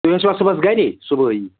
تُہۍ ٲسۍوا صُبحَس گری صُبحٲیی